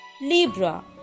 Libra